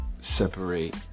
separate